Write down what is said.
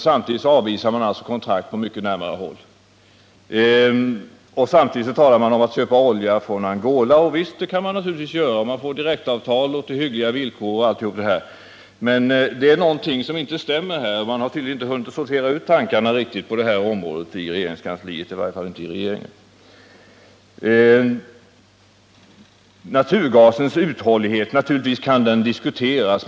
Samtidigt avvisar man kontrakt på mycket närmare håll och talar om att köpa olja från Angola. Det kan man naturligtvis göra om man får direktavtal på hyggliga villkor. Men det är någonting som inte stämmer. Man har tydligen inte på det här området hunnit sortera ut tankarna riktigt i regeringskansliet eller i varje fall inte i regeringen. Naturligtvis kan naturgasens uthållighet diskuteras.